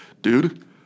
dude